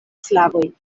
slavoj